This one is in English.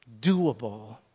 doable